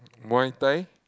Muay-Thai